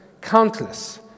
countless